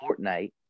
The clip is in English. Fortnite